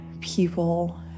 people